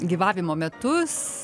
gyvavimo metus